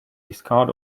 discard